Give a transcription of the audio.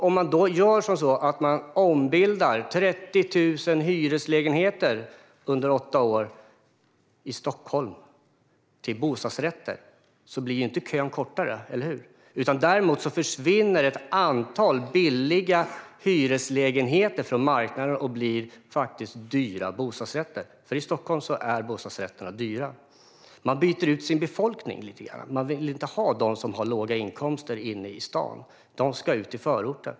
Om man under åtta år ombildar 30 000 hyreslägenheter i Stockholm till bostadsrätter blir kön inte kortare - eller hur? Däremot försvinner ett antal billiga hyreslägenheter från marknaden och blir i stället dyra bostadsrätter, för i Stockholm är bostadsrätterna dyra. Man byter ut sin befolkning lite grann. Man vill inte ha dem som har låga inkomster inne i stan. De ska ut i förorten.